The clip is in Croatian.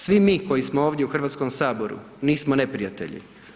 Svi mi koji smo ovdje u Hrvatskom saboru nismo neprijatelji.